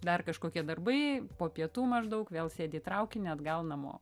dar kažkokie darbai po pietų maždaug vėl sėdi į traukinį atgal namo